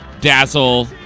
Dazzle